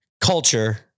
culture